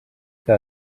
que